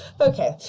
Okay